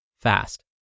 fast